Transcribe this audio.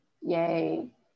Yay